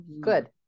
Good